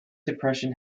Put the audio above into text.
depression